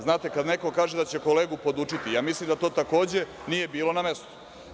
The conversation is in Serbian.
Znate, kada neko kaže da će kolegu podučiti, mislim da to takođe nije bilo na mestu.